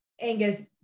Angus